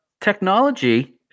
technology